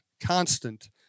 constant